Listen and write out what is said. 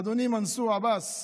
אדוני מנסור עבאס,